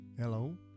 Hello